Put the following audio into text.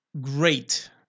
great